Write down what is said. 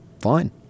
Fine